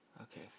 Okay